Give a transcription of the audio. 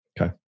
Okay